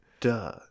Duh